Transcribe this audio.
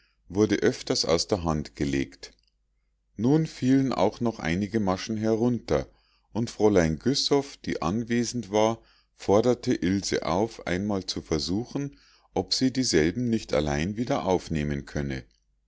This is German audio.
wurde öfters aus der hand gelegt nun fielen auch noch einige maschen herunter und fräulein güssow die anwesend war forderte ilse auf einmal zu versuchen ob sie dieselben nicht allein wieder aufnehmen könne